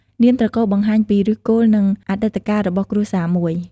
នាមត្រកូលបង្ហាញពីឫសគល់ និង អតីតកាលរបស់គ្រួសារមួយ។